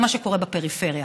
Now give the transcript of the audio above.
זה מה שקורה בפריפריה.